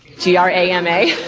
g r a m a.